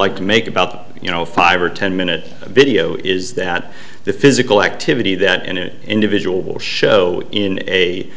like to make about you know five or ten minute video is that the physical activity that in an individual will show in a